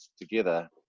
together